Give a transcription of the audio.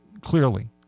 Clearly